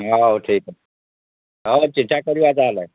ହେଉ ଠିକ୍ ଅଛି ହେଉ ଚିଠା କରିବା ତାହାଲେ